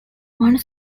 one